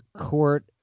court